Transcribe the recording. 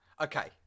Okay